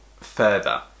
further